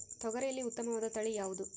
ತೊಗರಿಯಲ್ಲಿ ಉತ್ತಮವಾದ ತಳಿ ಯಾವುದು?